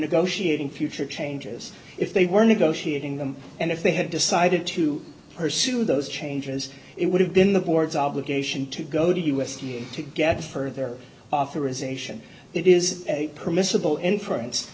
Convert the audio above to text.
negotiating future changes if they were negotiating them and if they had decided to pursue those changes it would have been the board's obligation to go to u s d a to get further authorization it is permissible inference